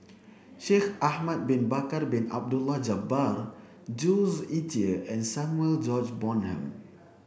Shaikh Ahmad Bin Bakar Bin Abdullah Jabbar Jules Itier and Samuel George Bonham